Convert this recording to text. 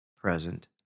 present